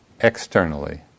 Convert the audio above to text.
externally